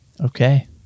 Okay